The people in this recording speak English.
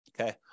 Okay